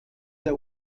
der